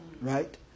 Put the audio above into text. right